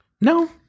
No